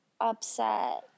upset